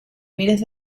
miles